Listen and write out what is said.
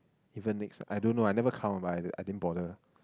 even next I don't know I never count but I didn~ I didn't bother